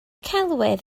celwydd